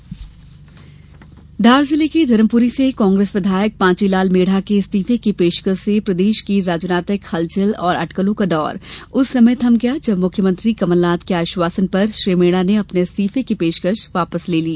विधायक इस्तीफा धार जिले के धरमप्री से कांग्रेस विधायक पांचीलाल मेड़ा के इस्तीफे की पेशकश से प्रदेश के राजनीतिक हलचल और अटकलों का दौर उस समय थम गया जब मुख्यमंत्री कमलनाथ के आश्वासन पर श्री मेड़ा ने अपने इस्तीफे की पेशकश वापस ले ली